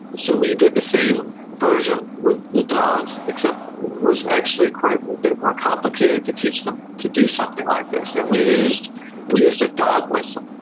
so we did the same version with the dogs, except it was actually quite a bit more complicated to teach them to do something like this. and we used we used a dog whistle.